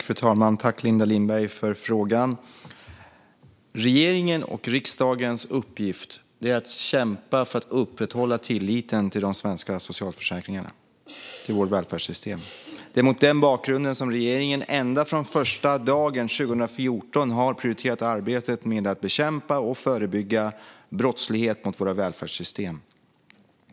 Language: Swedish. Fru talman! Tack, Linda Lindberg, för frågan! Regeringens och riksdagens uppgift är att kämpa för att upprätthålla tilliten till de svenska socialförsäkringarna, till vårt välfärdssystem. Det är mot den bakgrunden som regeringen ända från första dagen 2014 har prioriterat arbetet med att bekämpa och förebygga brottslighet mot våra välfärdssystem.